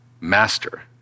master